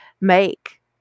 make